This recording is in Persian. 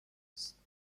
هست